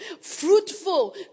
fruitful